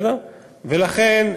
לכן,